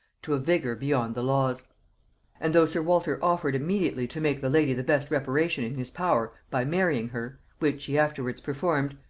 to a vigor beyond the laws and though sir walter offered immediately to make the lady the best reparation in his power, by marrying her, which he afterwards performed,